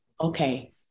okay